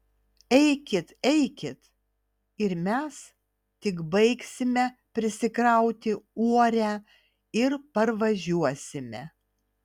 eikit eikit ir mes tik baigsime prisikrauti uorę ir parvažiuosime